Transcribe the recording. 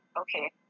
Okay